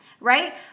right